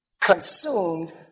consumed